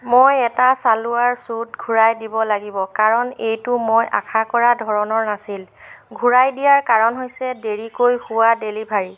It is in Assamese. মই এটা চালৱাৰ চুট ঘূৰাই দিব লাগিব কাৰণ এইটো মই আশা কৰা ধৰণৰ নাছিল ঘূৰাই দিয়া কাৰণ হৈছে দেৰিকৈ হোৱা ডেলিভাৰী